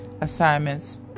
assignments